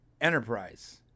enterprise